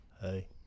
Hey